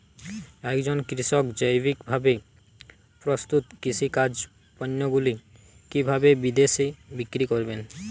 একজন কৃষক জৈবিকভাবে প্রস্তুত কৃষিজাত পণ্যগুলি কিভাবে বিদেশে বিক্রি করবেন?